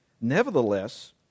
Nevertheless